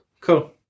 Cool